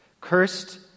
cursed